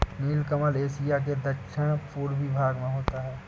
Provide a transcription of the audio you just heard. नीलकमल Asia के दक्षिण पूर्वी भाग में होता है